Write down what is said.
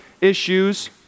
issues